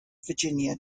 virginia